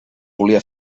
volia